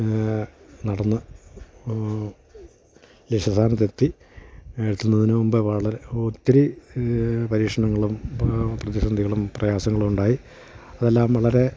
നടന്ന് ലക്ഷ്യസാനത്തെത്തി എത്തുന്നതിന് മുമ്പെ വളരെ ഒത്തിരി പരീക്ഷണങ്ങളും പ്രതിസന്ധികളും പ്രയാസങ്ങളും ഉണ്ടായി അതെല്ലാം വളരെ